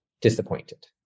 disappointed